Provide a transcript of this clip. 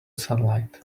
sunlight